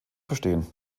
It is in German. verstehen